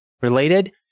related